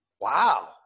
wow